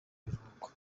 biruhuko